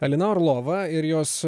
alina orlova ir jos